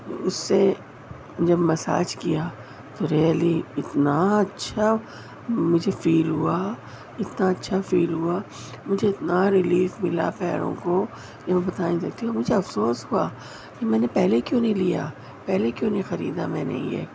اس سے جب مساج کیا تو ریئلی اتنا اچھا مجھے فیل ہوا اتنا اچھا فیل ہوا مجھے اتنا ریلیف ملا پیروں کو کہ میں بتا نہیں سکتی مجھے افسوس ہوا کہ میں نے پہلے کیوں نہیں لیا پہلے کیوں نہیں خریدا میں نے یہ